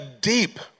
deep